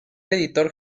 editor